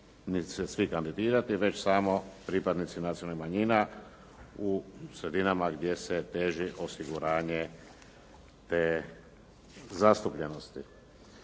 svi kandidirati već samo pripadnici nacionalnih manjina u sredinama gdje se teži osiguranju te zastupljenosti.